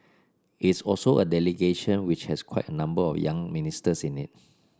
it's also a delegation which has quite a number of young ministers in it